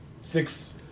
Six